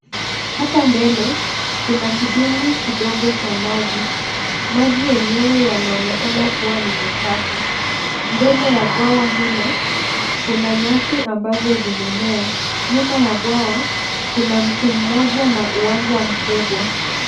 Hapa mbele kuna kidimbwi kidogo cha maji ,maji yenyewe yanaonekana kuwa ni machafu. Mbele ya bwawa hilo kuna nyasi ambazo zimemea nyuma ya bwawa ,kuna mti mmoja na uwanja mkubwa.